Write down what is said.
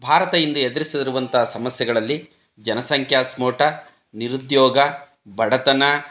ಭಾರತ ಇಂದು ಎದುರಿಸಿರುವಂಥ ಸಮಸ್ಯೆಗಳಲ್ಲಿ ಜನಸಂಖ್ಯಾ ಸ್ಫೋಟ ನಿರುದ್ಯೋಗ ಬಡತನ